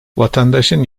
vatandaşın